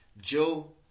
Joe